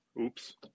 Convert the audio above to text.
Oops